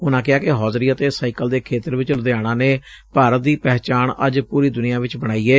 ਉਨ੍ਹਾ ਕਿਹਾ ਕਿ ਹੌਜ਼ਰੀ ਅਤੇ ਸਾਈਕਲ ਦੇ ਖੇਤਰ ਵਿਚ ਲੁਧਿਆਣਾ ਨੇ ਭਾਰਤ ਦੀ ਪਹਿਚਾਣ ਅੱਜ ਪੁਰੀ ਦੁਨੀਆਂ ਵਿਚ ਬਣਾਈ ਏ